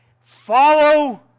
Follow